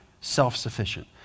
self-sufficient